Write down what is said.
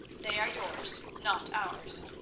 they are yours not ours.